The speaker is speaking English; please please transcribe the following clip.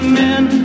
men